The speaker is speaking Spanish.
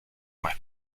mal